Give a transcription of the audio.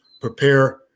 prepare